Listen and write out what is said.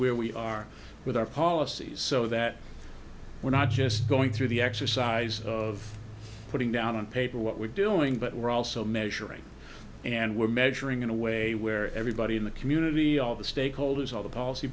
where we are with our policies so that we're not just going through the exercise of putting down on paper what we're doing but we're also measuring and we're measuring in a way where everybody in the community all the stakeholders all the policy